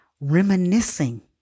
reminiscing